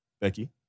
Becky